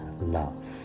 love